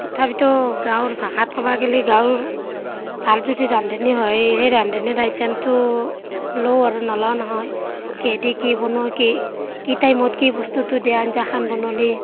তথাপিতো গাঁৱৰ ভাষাত ক'ব গ'লে গাঁৱৰ ভাল যদি ৰান্ধনী হয়ে সেই ৰান্ধনীৰ আইটেমটো লও আৰু নালোৱা নহয় কিহেদি কি বনাই কি কি টাইমত কি বস্তুটো দি আঞ্জাখন বনালে